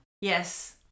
Yes